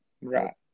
Right